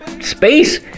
space